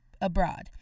abroad